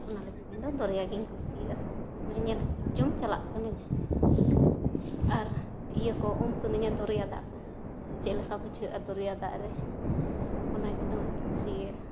ᱚᱱᱟ ᱞᱟᱹᱜᱤᱫ ᱤᱧᱫᱚ ᱫᱚᱨᱭᱟᱜᱤᱧ ᱠᱩᱥᱤᱭᱟᱜᱼᱟ ᱥᱚᱠᱛᱚ ᱢᱟᱱᱮ ᱧᱮᱞᱡᱚᱝ ᱪᱟᱞᱟᱜ ᱥᱟᱱᱟᱹᱧᱟ ᱟᱨ ᱤᱭᱟᱹ ᱠᱚ ᱩᱢ ᱥᱟᱱᱟᱧᱟ ᱫᱚᱨᱭᱟ ᱫᱟᱜ ᱠᱚᱨᱮ ᱪᱮᱫ ᱞᱮᱠᱟ ᱵᱩᱡᱷᱟᱹᱜᱼᱟ ᱫᱚᱨᱭᱟ ᱫᱟᱜ ᱨᱮ ᱚᱱᱟᱜᱮ ᱫᱚᱢᱮᱧ ᱠᱩᱥᱤᱭᱟᱜᱼᱟ